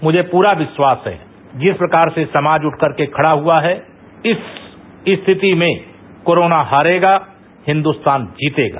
मुझे पूरा विश्वास है जिस प्रकार से समाज रठकर खड़ा हुआ है इस स्थिति में कोरोना हारेगा हिन्दुस्तान जीतेगा